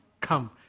come